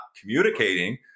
communicating